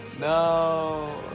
No